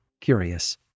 curious